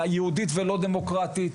יהודית ולא דמוקרטית,